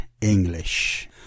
English